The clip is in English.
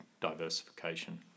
diversification